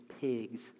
pigs